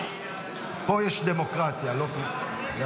אל תנהל אותו, אל תנהל אותו.